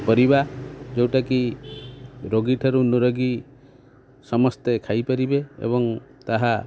ପରିବା ଯେଉଁଟାକି ରୋଗୀଠାରୁ ନିରୋଗୀ ସମସ୍ତେ ଖାଇପାରିବେ ଏବଂ ତାହା